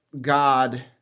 God